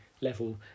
level